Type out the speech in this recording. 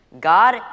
God